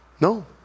No